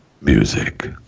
music